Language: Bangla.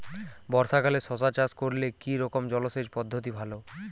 বর্ষাকালে শশা চাষ করলে কি রকম জলসেচ পদ্ধতি ভালো?